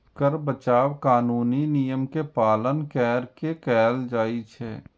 कर बचाव कानूनी नियम के पालन कैर के कैल जाइ छै